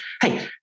Hey